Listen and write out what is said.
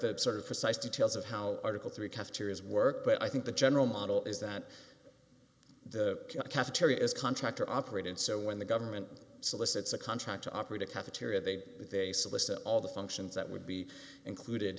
that sort of precise details of how article three cafeterias work but i think the general model is that the cafeteria is contractor operated so when the government solicits a contract to operate a cafeteria they they solicit all the functions that would be included